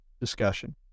discussion